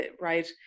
right